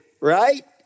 right